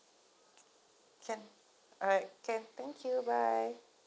can alright can thank you bye